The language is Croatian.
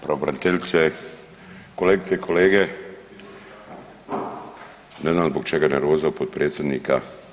Pravobraniteljice, kolegice i kolege, ne znam zbog čega nervoza potpredsjednika.